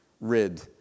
Rid